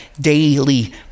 daily